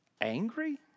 angry